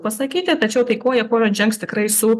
pasakyti tačiau tai koja kojon žengs tikrai su